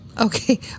Okay